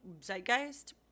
zeitgeist